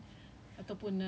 oh